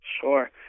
Sure